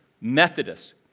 Methodist